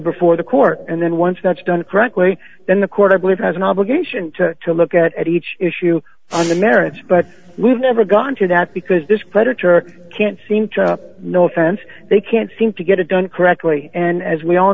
before the court and then once that's done correctly then the court i believe has an obligation to look at each issue on the merits but we've never gone to that because this creditor can't seem to know since they can't seem to get it done correctly and as we all